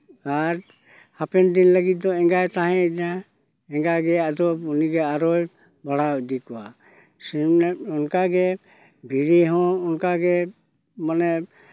ᱟᱨ ᱦᱟᱯᱮᱱ ᱫᱤᱱ ᱞᱟᱹᱜᱤᱫ ᱫᱚ ᱮᱸᱜᱟᱭ ᱛᱟᱦᱮᱸᱭᱮᱱᱟ ᱮᱸᱜᱟ ᱜᱮ ᱟᱫᱚ ᱩᱱᱤ ᱜᱮ ᱟᱨᱚᱭ ᱵᱟᱲᱦᱟᱣ ᱤᱫᱤ ᱠᱚᱣᱟ ᱥᱤᱢ ᱦᱚᱸ ᱚᱱᱠᱟ ᱜᱮ ᱵᱷᱤᱲᱤ ᱦᱚᱸ ᱚᱱᱠᱟ ᱜᱮ ᱢᱟᱱᱮ